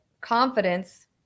confidence